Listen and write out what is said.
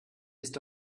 ist